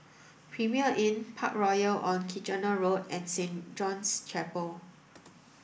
Premier Inn Parkroyal on Kitchener Road and Saint John's Chapel